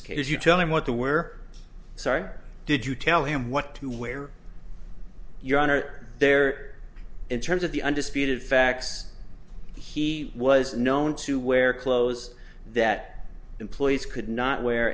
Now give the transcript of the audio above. this case you tell me what the we're sorry did you tell him what to wear your honor there in terms of the undisputed facts he was known to wear clothes that employees could not wear